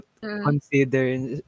consider